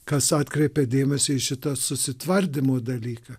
kas atkreipė dėmesį į šitą susitvardymo dalyką